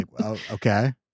okay